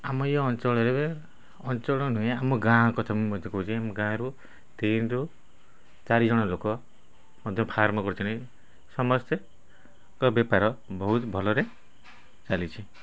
ଆମ ଇଏ ଅଞ୍ଚଳରେ ଅଞ୍ଚଳ ନୁହେଁ ଆମ ଗାଁ କଥା ମୁଁ ମଧ୍ୟ କହୁଛି ଗାଁରୁ ତିନିରୁ ଚାରିଜଣ ଲୋକ ମଧ୍ୟ ଫାର୍ମ କରିଛନ୍ତି ସମସ୍ତଙ୍କ ବେପାର ବହୁତ ଭଲରେ ଚାଲିଛି